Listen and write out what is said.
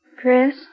Chris